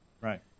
Right